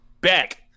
Back